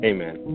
Amen